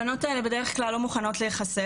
הבנות האלה בדרך כלל לא מוכנות להיחשף,